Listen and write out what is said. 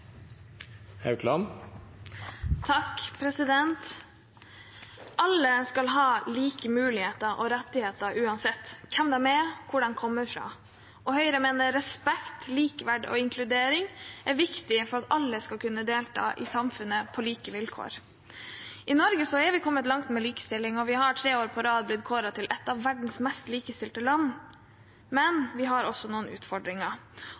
og hvor de kommer fra. Høyre mener respekt, likeverd og inkludering er viktig for at alle skal kunne delta i samfunnet på like vilkår. I Norge er vi kommet langt med likestilling, og vi har tre år på rad blitt kåret til et av verdens mest likestilte land. Men vi har også noen utfordringer,